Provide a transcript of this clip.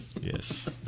Yes